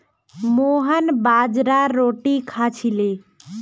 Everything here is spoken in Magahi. मोहन बाजरार रोटी खा छिले